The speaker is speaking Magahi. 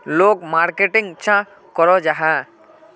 लोग मार्केटिंग चाँ करो जाहा?